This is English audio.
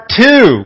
two